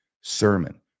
sermon